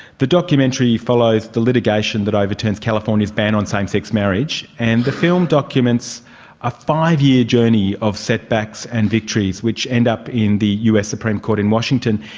the documentary follows the litigation that overturns california's ban on same-sex marriage, and the film documents a five-year journey of setbacks and victories which end up in the us supreme court in washington.